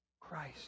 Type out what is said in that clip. Christ